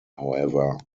however